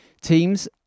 teams